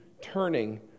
turning